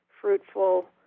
fruitful